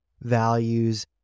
values